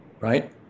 Right